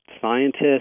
Scientists